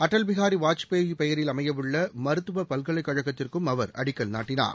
அடல் பிஹாரி வாஜ்பாய் பெயரில் அமையவுள்ள மருத்துவப் பல்கலைக் கழகத்திற்கும் அவர் அடிக்கல் நாட்டினார்